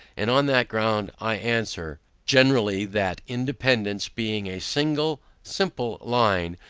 and on that ground, i answer generally that independance being a single simple line,